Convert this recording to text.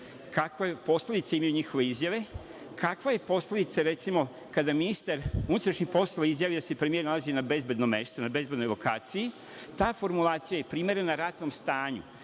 kakve posledice imaju njihove izjave, kakva je posledica recimo, kada ministar unutrašnjih poslova izjavi da se premijer nalazi na bezbednom mestu, na bezbednoj lokaciji. Ta formulacija je primerena ratnom stanju.